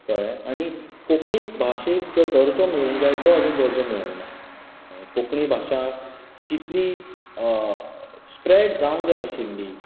कळ्ळें आणी कोंकणीक भाशेक जो दर्जो मेळूक जाय तो आजून दर्जो मेळूंकना कोंकणी भाशा जितली स्प्रॅड जावंक जाय आशिल्ली